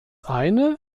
eine